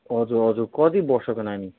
हजुर हजुर कति वर्षको नानी